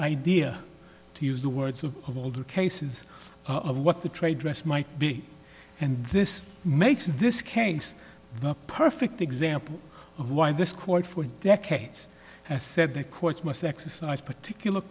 idea to use the words of all the cases of what the trade dress might be and this makes this case the perfect example of why this court for decades has said the courts must exercise particular